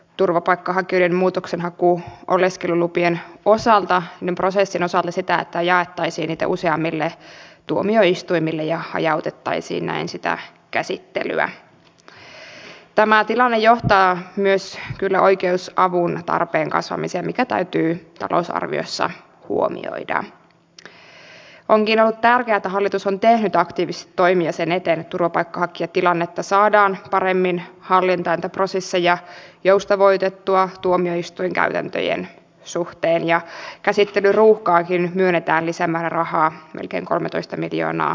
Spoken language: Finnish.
turvapaikkahankkeiden muutoksenhaku oleskelulupien osalta myös silloin siihen että todella yritettäisiin pitää tämä koko verisuonisto kunnossa eikä niin että esimerkiksi nyt vaikkapa tämän y junan lakkautuksen osalta ihan kohtuuttomaan asemaan laitamme läntisen uudenmaan kuntia siuntio mukaan lukien mutta myös inkoo ja myös karjaa siinä osana raaseporia